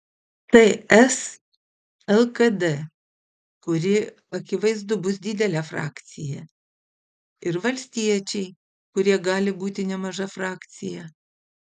ts lkd kuri akivaizdu bus didelė frakcija ir valstiečiai kurie gali būti nemaža frakcija